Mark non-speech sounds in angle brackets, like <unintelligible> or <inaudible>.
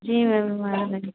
जी ma'am हमारा <unintelligible>